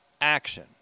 action